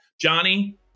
Johnny